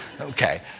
Okay